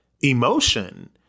emotion